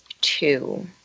two